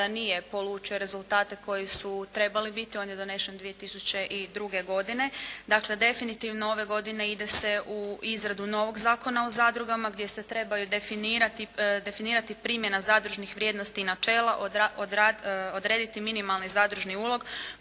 da nije polučio rezultate koji su trebali biti. On je donesen 2002. godine. Dakle, definitivno ove godine ide se u izradu novog Zakona o zadrugama, gdje se trebaju definirati primjena zadružnih vrijednosti i načela, odrediti minimalni zadružni ulog,